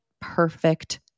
perfect